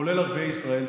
כולל ערביי ישראל,